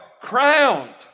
crowned